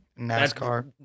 NASCAR